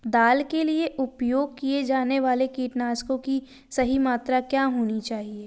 दाल के लिए उपयोग किए जाने वाले कीटनाशकों की सही मात्रा क्या होनी चाहिए?